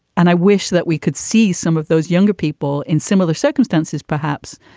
and i wish that we could see some of those younger people in similar circumstances, perhaps,